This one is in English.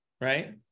right